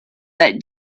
that